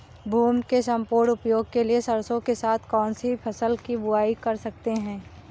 भूमि के सम्पूर्ण उपयोग के लिए सरसो के साथ कौन सी फसल की बुआई कर सकते हैं?